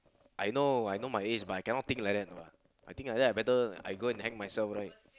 I know I know my age but I cannot think like that no lah I think like that I better hang myself right